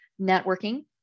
networking